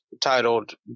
titled